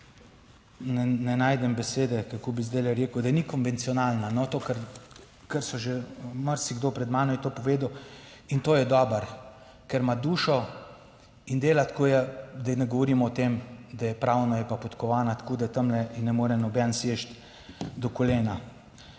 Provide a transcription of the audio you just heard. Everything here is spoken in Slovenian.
ne najdem besede kako bi zdaj rekel, da ni konvencionalna, to, kar, kar so že marsikdo pred mano je to povedal in to je dobro. Ker ima dušo in dela, tako je, da ne govorimo o tem, da je pravno, je pa podkovana, tako da tam ne more noben seči do kolena.